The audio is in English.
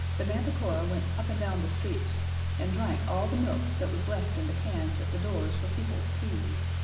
the manticora went up and down the streets and drank all the milk that was left in the cans at the doors for people's teas,